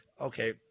Okay